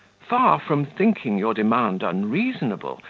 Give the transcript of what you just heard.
far from thinking your demand unreasonable,